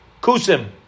Kusim